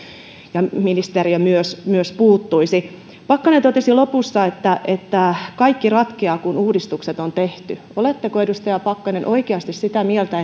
puuttuisimme ja myös ministeri puuttuisi pakkanen totesi lopussa että että kaikki ratkeaa kun uudistukset on tehty oletteko edustaja pakkanen oikeasti sitä mieltä